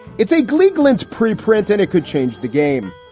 it's a gleek glynn's preprint and it could change the game.